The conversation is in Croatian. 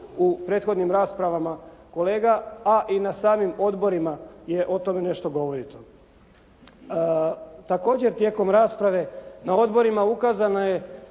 u prethodnim raspravama kolega, a i na samim odborima je o tome nešto govorilo. Također tijekom rasprave na odborima ukazana je